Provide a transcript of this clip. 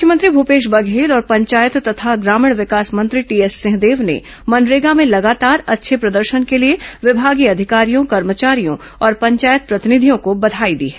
मुख्यमंत्री भूपेश बघेल और पंचायत तथा ग्रामीण विकास मंत्री टीएस सिंहदेव ने मनरेगा में लगातार अच्छे प्रदर्शन के लिए विभागीय अधिकारियों कर्मचारियों और पंचायत प्रतिनिधियों को बधाई दी है